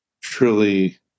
truly